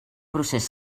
procés